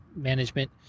management